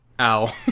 ow